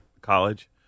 college